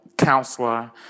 counselor